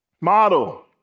Model